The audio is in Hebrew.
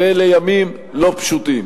ואלה ימים לא פשוטים.